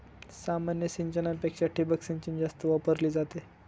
सामान्य सिंचनापेक्षा ठिबक सिंचन जास्त वापरली जाते